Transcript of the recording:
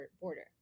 border